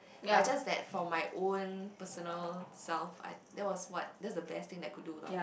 but it's just that for my own personal self I that was what that's the best thing that I could do lah